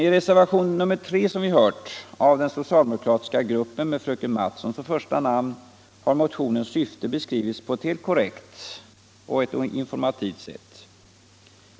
I reservation nr 3. avgiven bl.a. av den soctialdemokratiska gruppen och med fröken Mattson som första namn, har motionens syfte beskrivits på ett helt korrekt och informativt sätt.